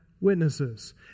witnesses